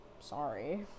sorry